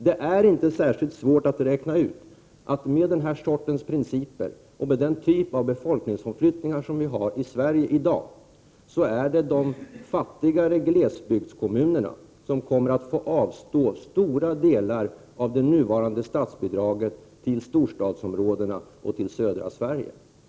Det är inte särskilt svårt att räkna ut att det med den här sortens principer och med den typ av befolkningsomflyttningar som vi har i Sverige i dag är det de fattigare glesbygdskommunerna som kommer att få avstå stora delar av det nuvarande statsbidraget till storstadsområdena och till södra Sverige.